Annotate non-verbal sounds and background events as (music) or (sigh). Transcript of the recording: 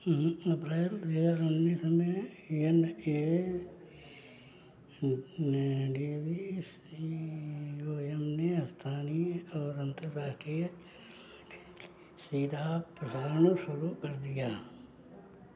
अप्रैल दो हज़ार उन्नीस में एन ए (unintelligible) ने स्थानीय और अन्तर्राष्ट्रीय सीधा प्रसारण शुरू कर दिया